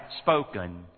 spoken